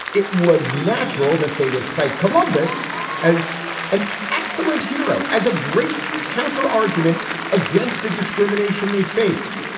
it was natural that they would cite columbus as an excellent hero, as a great counter argument against the discrimination they faced.